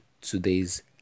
today's